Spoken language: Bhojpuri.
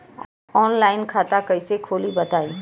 आनलाइन खाता कइसे खोली बताई?